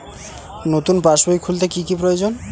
নতুন পাশবই খুলতে কি কি প্রয়োজন?